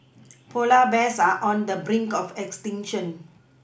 polar bears are on the brink of extinction